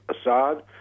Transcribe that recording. Assad